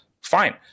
fine